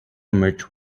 merged